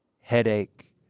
headache